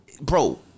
bro